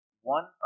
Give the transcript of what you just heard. one